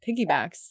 Piggybacks